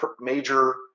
major